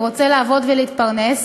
ורוצה לעבוד ולהתפרנס,